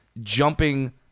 jumping